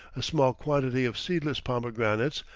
a small quantity of seedless pomegranates,